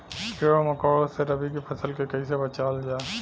कीड़ों मकोड़ों से रबी की फसल के कइसे बचावल जा?